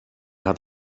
hat